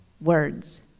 words